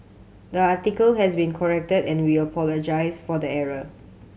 the article has been corrected and we apologise for the error